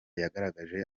yagaragaje